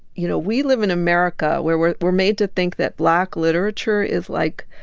you know, we live in america where we're we're made to think that black literature is, like,